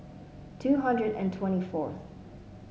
two hundred and twenty fourth